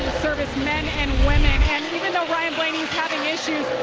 servicemen and women. and even though ryan blaney is having issues,